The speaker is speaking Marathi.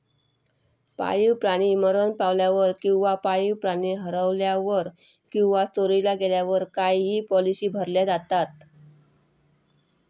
पाळीव प्राणी मरण पावल्यावर किंवा पाळीव प्राणी हरवल्यावर किंवा चोरीला गेल्यावर काही पॉलिसी भरल्या जातत